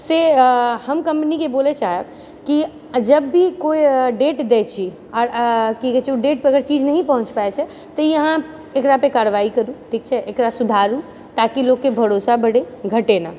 से हम कम्पनीके बोलय चाहब कि जब भी कोइ डेट दै छी आओर की कहै छै ओ डेट पऽ चीज अगर नहीं पहुँच पाबै छै तऽ यहाँ एकरा पे कार्रवाई करू ठीक छै एकरा सुधारू ताकि लोकके भरोसा बढ़ै घटै ना